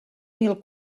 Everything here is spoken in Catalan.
mil